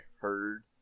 heard